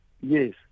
Yes